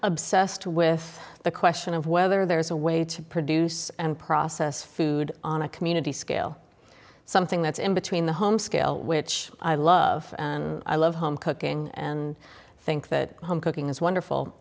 obsessed with the question of whether there's a way to produce and process food on a community scale something that's in between the home scale which i love i love home cooking and i think that home cooking is wonderful